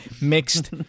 mixed